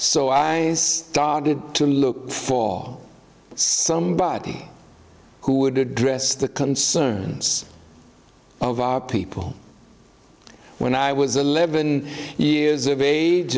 so i started to look for somebody who would address the concerns of our people when i was eleven years of age